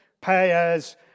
payers